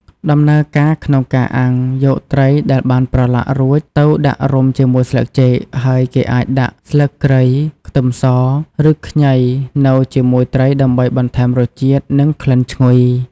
ដំណើរការក្នុងការអាំង យកត្រីដែលបានប្រឡាក់រួចទៅដាក់រុំជាមួយស្លឹកចេក ហើយគេអាចដាក់ស្លឹកគ្រៃ ខ្ទឹមស ឬខ្ញីនៅជាមួយត្រីដើម្បីបន្ថែមរសជាតិ និងក្លិនឈ្ងុយ។